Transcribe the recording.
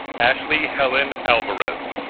ashely helen alvarez